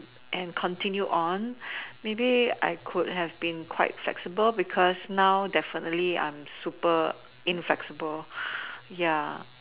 and continue on maybe I could have been quite flexible because now definitely I am super inflexible